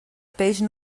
peix